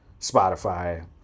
Spotify